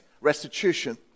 restitution